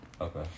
okay